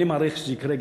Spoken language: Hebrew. אני מעריך שזה יקרה גם,